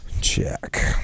check